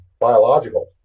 biological